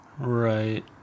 Right